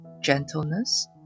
gentleness